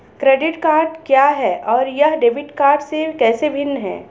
Credit card क्या है और यह डेबिट कार्ड से कैसे भिन्न है?